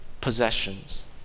possessions